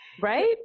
Right